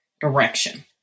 direction